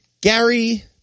Gary